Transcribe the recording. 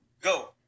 Go